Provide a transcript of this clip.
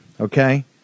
okay